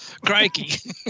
Crikey